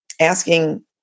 asking